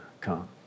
come